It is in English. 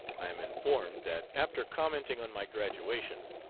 i am informed that after commenting on my graduation,